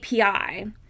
API